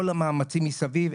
כל המאמצים מסביב,